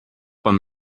man